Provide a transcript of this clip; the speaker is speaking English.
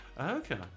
Okay